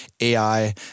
AI